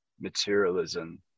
materialism